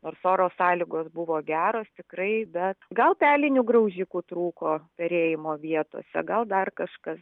nors oro sąlygos buvo geros tikrai bet gal pelinių graužikų trūko perėjimo vietose gal dar kažkas